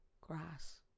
Grass